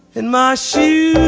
in my c